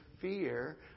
fear